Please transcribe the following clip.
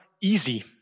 easy